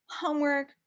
homework